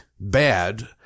bad